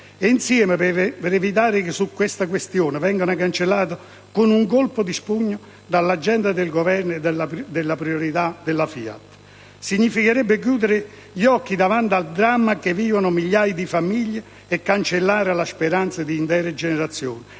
insieme, per evitare che tale questione venga cancellata con un colpo di spugna dall'agenda del Governo e dalle priorità della FIAT. Significherebbe chiudere gli occhi davanti al dramma che vivono migliaia di famiglie e cancellare la speranza di intere generazioni.